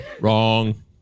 Wrong